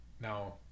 Now